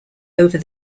over